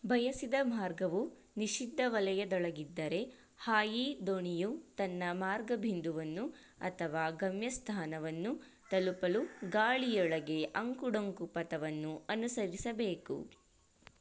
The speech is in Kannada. ಬಯಸಿದ ಮಾರ್ಗವು ನಿಷಿದ್ಧ ವಲಯದೊಳಗಿದ್ದರೆ ಹಾಯಿ ದೋಣಿಯು ತನ್ನ ಮಾರ್ಗ ಬಿಂದುವನ್ನು ಅಥವಾ ಗಮ್ಯಸ್ಥಾನವನ್ನು ತಲುಪಲು ಗಾಳಿಯೊಳಗೆ ಅಂಕುಡೊಂಕು ಪಥವನ್ನು ಅನುಸರಿಸಬೇಕು